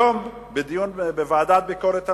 היום, בדיון בוועדת ביקורת המדינה,